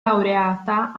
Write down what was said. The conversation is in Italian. laureata